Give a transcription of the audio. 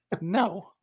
No